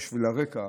בשביל הרקע,